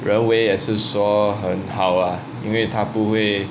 人为也是说很好啊因为他不会